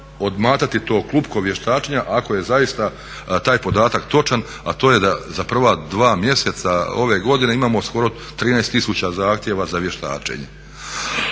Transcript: odmatati to klupko vještačenja ako je zaista taj podatak točan a to je da za prva dva mjeseca ove godine imamo skoro 13 tisuća zahtjeva za vještačenjem.